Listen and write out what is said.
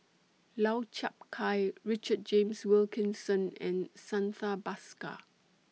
Lau Chiap Khai Richard James Wilkinson and Santha Bhaskar